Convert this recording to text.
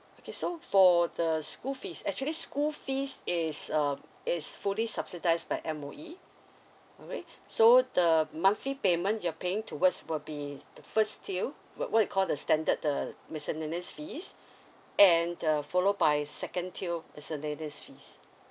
okay so for the school fees actually school fees is um is fully subsidised by M_O_E all right so the monthly payment you are paying towards will be the first tier what what you call the standard the miscellaneous fees and the follow by second tier miscellaneous fees